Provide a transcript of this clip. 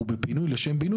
ובפינוי לשם בינוי,